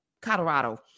Colorado